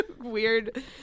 weird